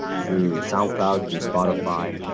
through soundcloud through spotify,